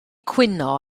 cwyno